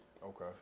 Okay